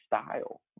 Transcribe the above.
style